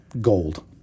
gold